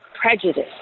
prejudice